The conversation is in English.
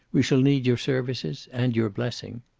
we shall need your services, and your blessing.